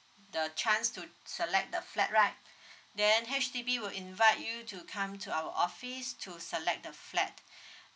the chance to select the flat right then H_D_B will invite you to come to our office to select the flat